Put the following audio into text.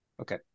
Okay